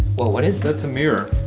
what what is? that's a mirror.